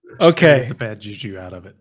Okay